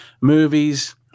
movies